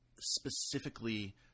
specifically